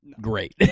great